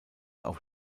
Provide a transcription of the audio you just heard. auf